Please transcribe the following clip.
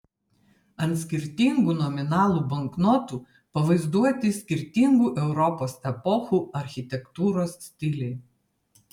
ant skirtingų nominalų banknotų pavaizduoti skirtingų europos epochų architektūros stiliai